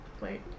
wait